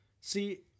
See